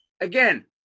again